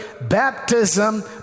baptism